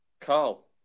Carl